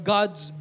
God's